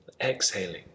Exhaling